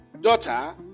daughter